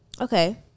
okay